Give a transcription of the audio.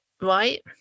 right